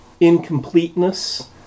incompleteness